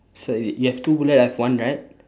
so you you have two bullet I have one right